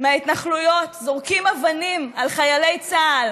מההתנחלויות שזורקים אבנים על חיילי צה"ל